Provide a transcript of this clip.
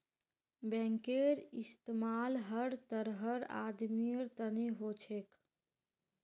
बैंकेर इस्तमाल हर तरहर आदमीर तने हो छेक